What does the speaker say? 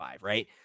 right